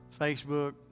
Facebook